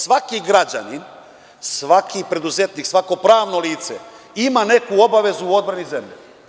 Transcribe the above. Svaki građanin, svaki preduzetnik, svako pravno lice ima neku obavezu u odbrani zemlje.